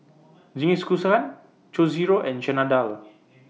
Jingisukan Chorizo and Chana Dal